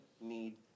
need